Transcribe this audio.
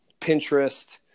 Pinterest